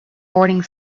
boarding